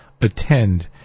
attend